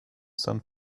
sun